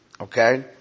Okay